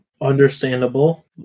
Understandable